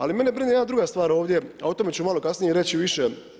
Ali mene brine jedna druga stvar ovdje, a o tome ću malo kasnije reći više.